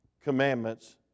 commandments